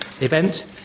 event